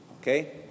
Okay